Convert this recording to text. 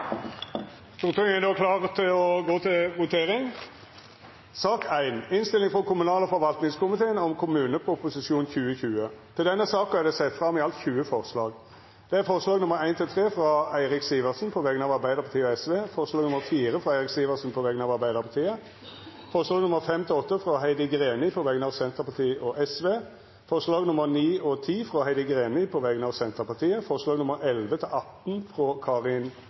Stortinget er då klar til å gå til votering. Under debatten er det sett fram i alt 20 forslag. Det er forslaga nr. 1–3, frå Eirik Sivertsen på vegner av Arbeidarpartiet og Sosialistisk Venstreparti forslag nr. 4, frå Eirik Sivertsen på vegner av Arbeidarpartiet forslaga nr. 5–8, frå Heidi Greni på vegner av Senterpartiet og Sosialistisk Venstreparti forslaga nr. 9 og 10, frå Heidi Greni på vegner av Senterpartiet forslaga nr. 11–18, frå Karin